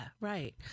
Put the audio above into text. right